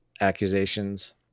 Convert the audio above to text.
accusations